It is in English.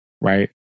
right